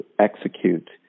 execute